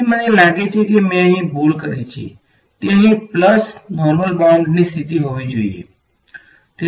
તેથી મને લાગે છે કે મેં અહીં ભૂલ કરી છે તે અહીં પ્લસ નોર્મલ બાઉંડ્રીની સ્થિતિ હોવી જોઈએ